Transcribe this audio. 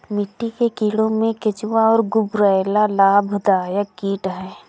मिट्टी के कीड़ों में केंचुआ और गुबरैला लाभदायक कीट हैं